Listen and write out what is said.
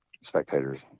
spectators